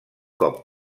cop